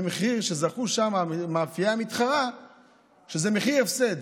המחיר שזכתה בו המאפייה המתחרה זה מחיר הפסד,